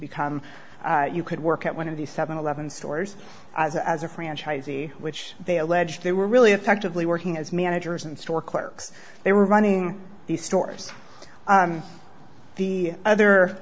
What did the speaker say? become you could work at one of the seven eleven stores as a franchisee which they alleged they were really effectively working as managers and store clerks they were running the stores the other